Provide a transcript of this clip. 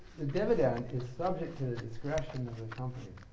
the dividend is subject to the discretion of the company.